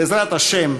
בעזרת השם,